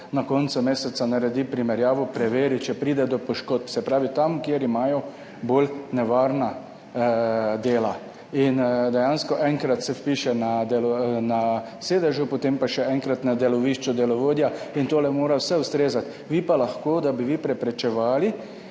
na koncu meseca naredi primerjavo, preveri, če pride do poškodb, se pravi tam, kjer imajo bolj nevarna dela. In dejansko se enkrat vpiše na sedežu, potem pa še enkrat na delovišču delovodja in to mora vse ustrezati. Da bi vi lahko dejansko preprečevali